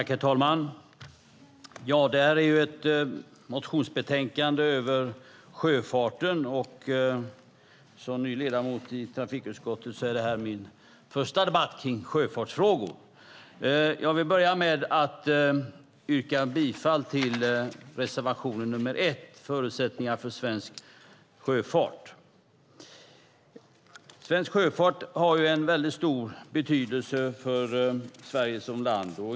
Herr talman! Det här är ett betänkande som handlar om sjöfarten. Jag är ny ledamot i trafikutskottet, och det här är min första debatt om sjöfartsfrågor. Jag vill börja med att yrka bifall till reservation 1 om förutsättningarna för svensk sjöfart. Svensk sjöfart har en väldigt stor betydelse för Sverige som land.